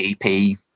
ep